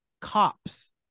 cops